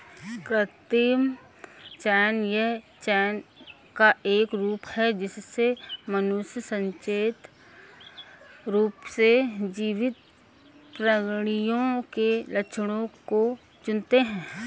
कृत्रिम चयन यह चयन का एक रूप है जिससे मनुष्य सचेत रूप से जीवित प्राणियों के लक्षणों को चुनते है